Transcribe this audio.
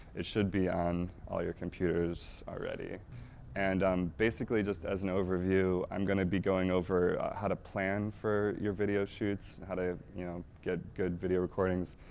it should be on all your computers already and um basically just as an overview i'm going to be going over how to plan for your video shoots, how to you know get good video recordings,